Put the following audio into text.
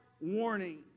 warning